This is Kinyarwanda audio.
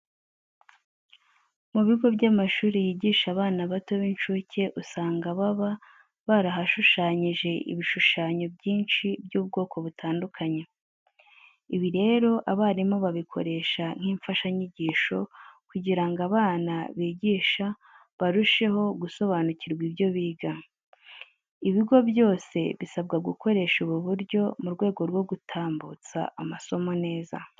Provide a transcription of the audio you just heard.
Mu bigo by'amashuri yigisha abana bato b'incuke, usanga baba barahashushanyije ibishushanyo byinshi by'ubwoko butandukanye. Ibi rero abarimu babikoresha nk'imfashanyigisho kugira ngo abana bigisha barusheho gusobanukirwa ibyo biga. Ibigo byose bisabwa gukoresha ubu buryo mu rwego rwo gutambutsa amasomo neza.